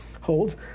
holds